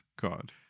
God